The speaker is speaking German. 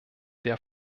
der